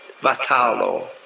Vatalo